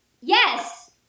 Yes